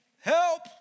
help